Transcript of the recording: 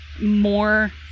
more